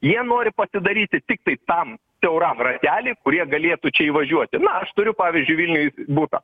jie nori pasidaryti tiktai tam siauram rateliui kurie galėtų čia įvažiuoti na aš turiu pavyzdžiui vilniuj butą